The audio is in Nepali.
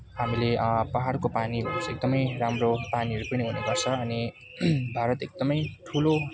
हामीले पाहाडको पानी भएपछि एकदमै राम्रो पानीहरू पिउने गर्नेगर्छ अनि भारत एकदमै ठुलो